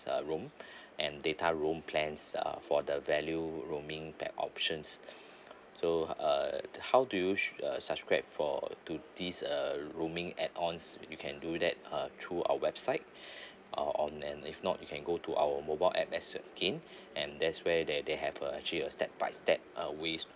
uh roam and data roam plans uh for the value roaming pack options so uh how do you should uh subscribed for to these uh roaming add ons you can do that uh through our website or on an if not you can go to our mobile app as well again and there's where there they have a actually a step by step uh ways